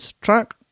track